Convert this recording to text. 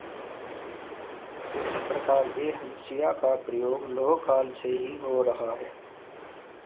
भिन्न प्रकार के हंसिया का प्रयोग लौह काल से ही हो रहा है